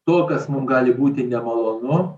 to kas mum gali būti nemalonu